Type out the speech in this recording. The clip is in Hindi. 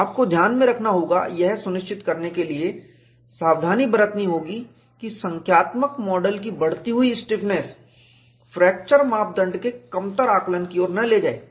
आपको ध्यान में रखना होगा यह सुनिश्चित करने के लिए सावधानी बरतनी होगी कि संख्यात्मक मॉडल कि बढ़ती हुई स्टिफनेस फ्रैक्चर मापदंड के कमतर आकलन की ओर न ले जाये